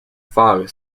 fog